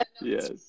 Yes